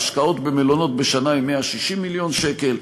ההשקעות במלונות בשנה הן 160 מיליון שקל,